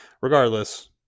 regardless